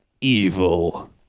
evil